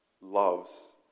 loves